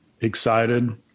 excited